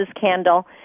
candle